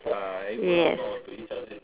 yes